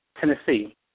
Tennessee